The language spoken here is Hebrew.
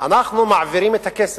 אנחנו מעבירים את הכסף.